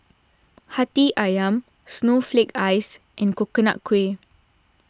Hati Ayam Snowflake Ice and Coconut Kuih